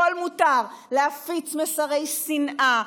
הכול מותר: להפיץ מסרי שנאה,